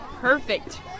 Perfect